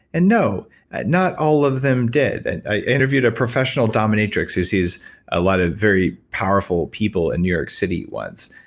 and no. not all of them did. and i interviewed a professional dominatrix who sees a lot of very powerful people in new york city once.